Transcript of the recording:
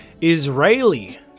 Israeli